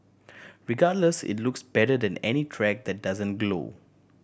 regardless it looks better than any track that doesn't glow